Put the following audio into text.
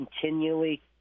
continually